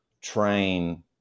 train